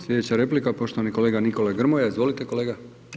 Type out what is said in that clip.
Slijedeća replika poštovani kolega Nikola Grmoja, izvolite kolega.